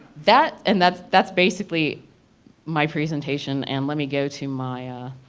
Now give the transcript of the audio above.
that and that's that's basically my presentation and let me go to my ah